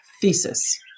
thesis